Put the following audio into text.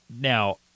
Now